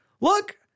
look